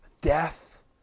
Death